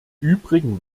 übrigen